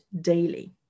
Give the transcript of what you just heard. daily